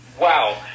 wow